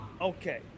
okay